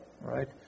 right